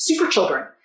superchildren